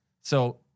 So-